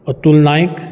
Atul Naik